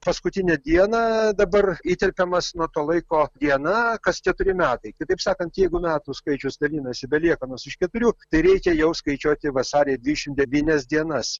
paskutinę dieną dabar įterpiamas nuo to laiko diena kas keturi metai kitaip sakant jeigu metų skaičius dalinasi be liekanos iš keturių tai reikia jau skaičiuoti vasarį dvidešim devynias dienas